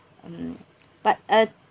um but uh